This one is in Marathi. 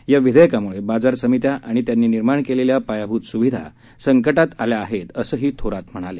या विधेयकामुळे बाजार समित्या आणि त्यांनी निर्माण केलेल्या पायाभूत सुविधा संकटात आलेल्या आहेत असंही थोरात म्हणाले